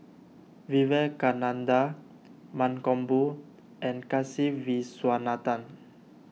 Vivekananda Mankombu and Kasiviswanathan